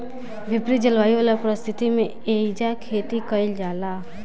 विपरित जलवायु वाला परिस्थिति में एइजा खेती कईल जाला